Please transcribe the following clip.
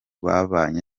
babanye